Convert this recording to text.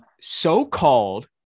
so-called